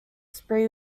spree